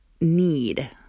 need